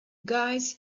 guys